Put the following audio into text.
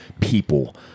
people